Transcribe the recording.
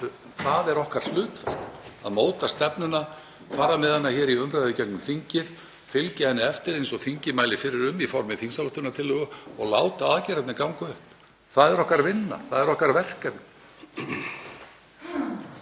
Það er okkar hlutverk að móta stefnuna, fara með hana í umræðu í gegnum þingið, fylgja henni eftir eins og þingið mælir fyrir um í formi þingsályktunartillögu og láta aðgerðirnar ganga upp. Það er okkar vinna. Það er okkar verkefni.